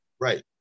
Right